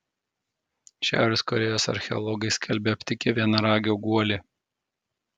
šiaurės korėjos archeologai skelbia aptikę vienaragio guolį